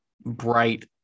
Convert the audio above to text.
bright